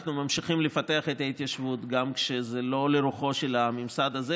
ואנחנו ממשיכים לפתח את ההתיישבות גם כשזה לא לרוחו של הממסד הזה,